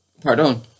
Pardon